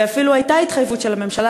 ואפילו הייתה התחייבות של הממשלה